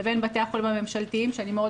לבין בתי החולים הממשלתיים שאני מאוד